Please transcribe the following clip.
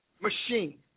machine